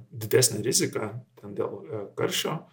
didesnė rizika ten dėl karščio